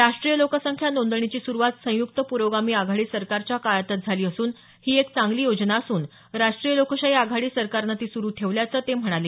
राष्ट्रीय लोकसंख्या नोंदणीची सुरुवात संयुक्त पुरोगामी आघाडी सरकारच्या काळातच झाली असून ही एक चांगली योजना असून राष्ट्रीय लोकशाही आघाडी सरकारनं ती सुरु ठेवल्याचं ते म्हणाले